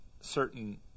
Certain